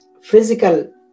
physical